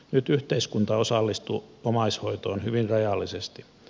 nyt yhteiskunta osallistuu omaishoitoon hyvin rajallisesti